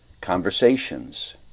conversations